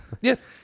Yes